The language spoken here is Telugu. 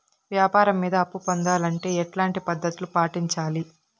వ్యాపారం మీద అప్పు పొందాలంటే ఎట్లాంటి పద్ధతులు పాటించాలి?